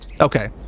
Okay